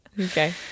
Okay